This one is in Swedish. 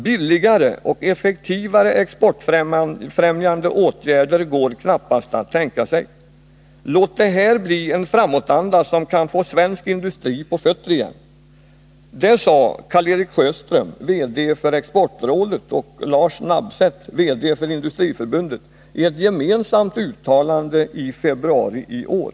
Billigare och effektivare exportfrämjande åtgärder går knappast att tänka sig. Låt det här bli en framåtanda som kan få svensk industri på fötter igen!” Detta sade Carl-Eric Sjöström, VD för Exportrådet, och Lars Nabseth, VD för Industriförbundet, i ett gemensamt uttalande i februari i år.